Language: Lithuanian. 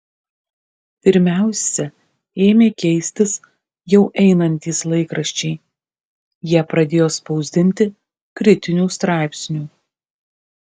pirmiausia ėmė keistis jau einantys laikraščiai jie pradėjo spausdinti kritinių straipsnių